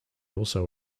also